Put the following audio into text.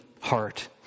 heart